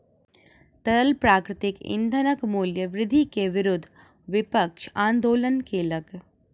तरल प्राकृतिक ईंधनक मूल्य वृद्धि के विरुद्ध विपक्ष आंदोलन केलक